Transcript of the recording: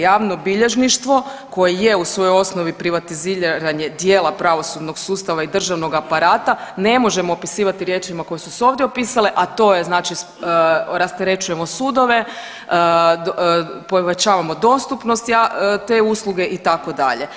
Javno bilježništvo koje je u svojoj osnovi privatiziranje dijela pravosudnog sustava i državnog aparata ne možemo opisivati riječima koje su se ovdje opisale, a to je znači rasterećujemo sudove, povećavamo dostupnost te usluge itd.